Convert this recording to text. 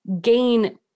gain